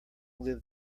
live